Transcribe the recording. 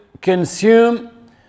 consume